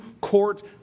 court